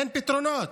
אין פתרונות.